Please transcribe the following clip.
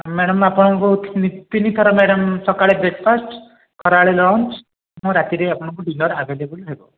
ଆଉ ମ୍ୟାଡ଼ମ୍ ଆପଣଙ୍କୁ ତିନି ତିନି ଥର ମ୍ୟାଡ଼ମ୍ ସକାଳେ ବ୍ରେକଫାଷ୍ଟ୍ ଖରାବେଳେ ଲଞ୍ଚ ଆଉ ରାତିରେ ଆପଣଙ୍କୁ ଡିନର୍ ଆଭେଲେବଲ୍ ହେବ